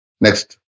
Next